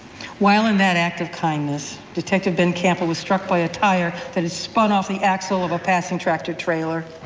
while in that act of kindness, detective ben campbell was struck by a tire that had spun off the axle of a passing tractor trailer,